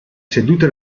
seduta